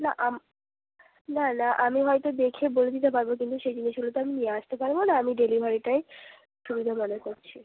না না না আমি হয়ত দেখে বলে দিতে পারব কিন্তু সেগুলো সেগুলো তো আমি নিয়ে আসতে পারব না আমি ডেলিভারিটাই সুবিধা মনে করছি